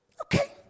okay